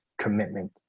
commitment